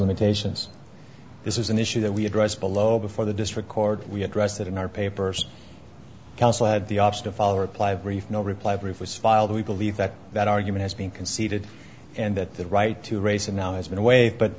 limitations this is an issue that we address below before the district court we address that in our papers counsel had the option of follow reply brief no reply brief was filed we believe that that argument has been conceded and that the right to raise it now has been away but